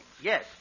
Yes